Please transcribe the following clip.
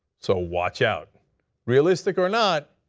so watch out realistic or not,